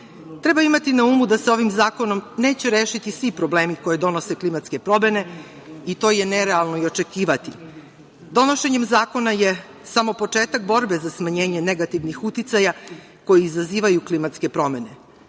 Treba imati na umu da se ovim zakonom neće rešiti svi problemi koje donose klimatske promene, i to je nerealno očekivati. Donošenje zakona je samo početak borbe za smanjenje negativnih uticaja koji izazivaju klimatske promene.